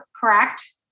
correct